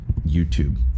youtube